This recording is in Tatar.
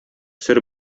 сер